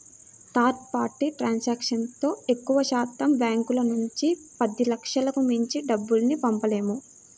third party ట్రాన్సాక్షన్తో ఎక్కువశాతం బ్యాంకుల నుంచి పదిలక్షలకు మించి డబ్బుల్ని పంపలేము